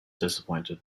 disappointed